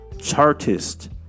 chartist